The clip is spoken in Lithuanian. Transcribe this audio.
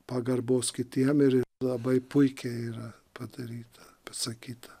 pagarbos kitiem ir labai puikiai yra padaryta pasakyta